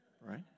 right